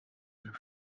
and